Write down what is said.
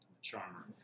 Charmer